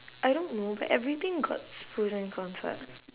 I don't know but everything got it's pros and cons [what]